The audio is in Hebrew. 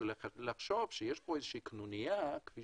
לחשוב שיש פה קנוניה כפי